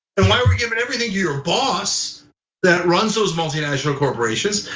and why are we giving everything to your boss that runs those multinational corporations?